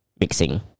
mixing